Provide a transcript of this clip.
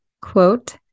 quote